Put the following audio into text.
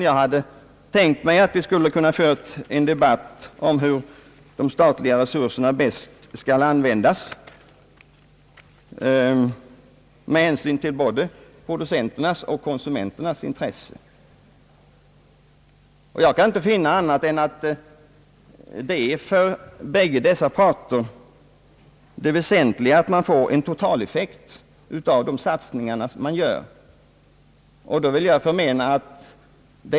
Jag hade tänkt mig att vi skulle kunnat föra en debatt om hur de statliga resurserna bäst skall användas med hänsyn till både producenternas och konsumenternas intressen. Jag kan inte finna annat än att det för båda dessa parter är väsentligt att det blir en totaleffekt av de satsningar som görs.